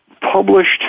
published